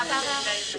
בעזרת השם,